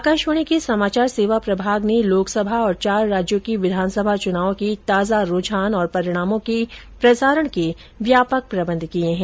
आकाशवाणी के समाचार सेवा प्रभाग ने लोकसभा और चार राज्यों की विधानसभा चुनाव के ताजा रूझान और परिणामों के प्रसारण के व्यापक प्रबंध किए हैं